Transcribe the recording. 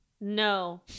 No